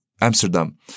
Amsterdam